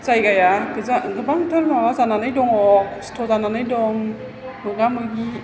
जायगाया गोजान गोबांथार माबा जानानै दङ खस्थ' जानानै दं मोगा मोगि